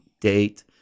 date